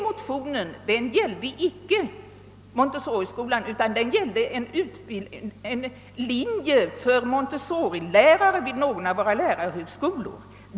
Motionen då gällde inte montessorimetoden utan en linje för montessorilärare vid någon av våra lärarhögskolor.